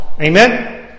Amen